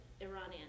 Iranian